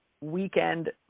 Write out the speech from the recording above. weekend